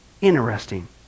Interesting